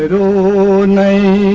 oh nine-mmm